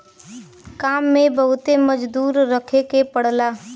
काम में बहुते मजदूर रखे के पड़ला